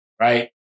right